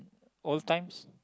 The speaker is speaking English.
old times